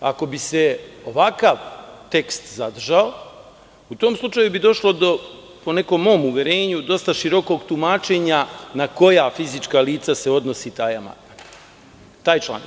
Ako bi se ovakav tekst zadržao, u tom slučaju bi došlo, po nekom mom uverenju, do dosta širokog tumačenja na koja fizička lica se odnosi taj član.